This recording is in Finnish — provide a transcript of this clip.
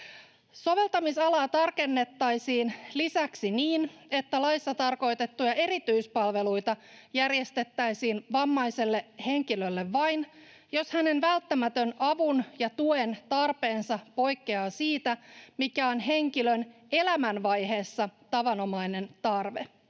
Soveltamisalaa tarkennettaisiin lisäksi niin, että laissa tarkoitettuja erityispalveluita järjestettäisiin vammaiselle henkilölle vain, jos hänen välttämätön avun ja tuen tarpeensa poikkeaa siitä, mikä on henkilön elämänvaiheessa tavanomainen tarve.